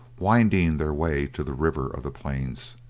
winding their way to the river of the plains.